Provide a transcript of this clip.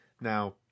Now